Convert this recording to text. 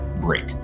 break